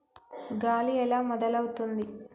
గాలి ఎలా మొదలవుతుంది?